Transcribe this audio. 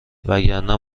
وگرنه